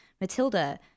matilda